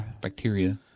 Bacteria